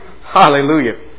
Hallelujah